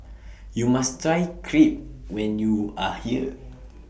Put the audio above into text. YOU must Try Crepe when YOU Are here